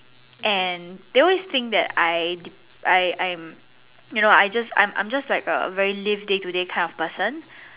and they always think that I I I am you know I just I'm I'm just like a live day to day kind of person